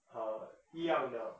好的一样的